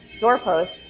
doorpost